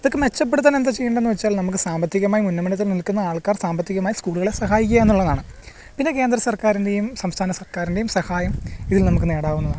ഇതൊക്കെ മെച്ചപ്പെടുത്താൻ എന്താ ചെയ്യേണ്ടതെന്നു വെച്ചാൽ നമുക്ക് സാമ്പത്തികമായി ഉന്നമനത്തിന് നിൽക്കുന്ന ആൾക്കാർ സാമ്പത്തികമായി സ്കൂളുകളെ സഹായിക്കുക എന്നതാണ് പിന്നെ കേന്ദ്ര സർക്കാരിൻ്റേയും സംസ്ഥാന സർക്കാരിൻ്റേയും സഹായം ഇതിൽ നമുക്ക് നേടാവുന്നതാണ്